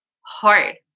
hard